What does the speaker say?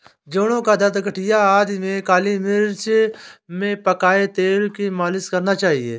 जोड़ों का दर्द, गठिया आदि में काली मिर्च में पकाए तेल की मालिश करना चाहिए